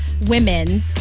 women